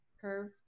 curve